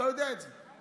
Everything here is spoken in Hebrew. אתה יודע את זה.